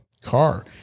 car